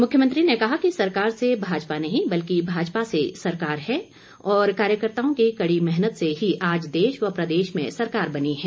मुख्यमंत्री ने कहा कि सरकार से भाजपा नहीं बल्कि भाजपा से सरकार है और कार्यकर्ताओं की कड़ी मेहनत से ही आज देश व प्रदेश में सरकार बनी है